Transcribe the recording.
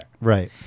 Right